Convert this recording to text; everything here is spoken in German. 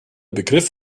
begriff